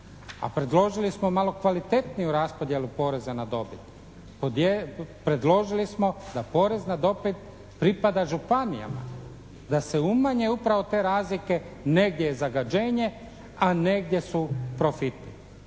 A predložili smo malo kvalitetniju raspodjelu poreza na dobit. Predložili smo da porez na dobit pripada županijama, da se umanje upravo te razlike negdje je zagađenje a negdje su profiti,